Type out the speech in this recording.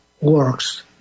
works